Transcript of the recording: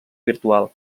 virtual